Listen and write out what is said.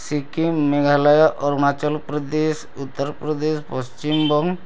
Sikkim Meghalaya Arunachal Pradesh Uttar Pradesh Paschimbanga